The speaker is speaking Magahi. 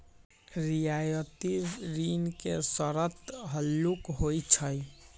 रियायती ऋण के शरत हल्लुक होइ छइ